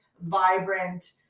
vibrant